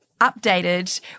updated